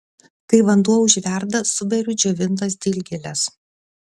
kai vanduo užverda suberiu džiovintas dilgėles